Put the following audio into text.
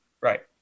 Right